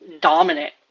Dominant